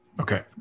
Okay